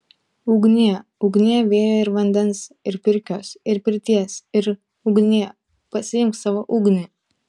ugnie ugnie vėjo ir vandens ir pirkios ir pirties ir ugnie pasiimk savo ugnį